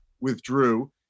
Withdrew